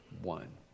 one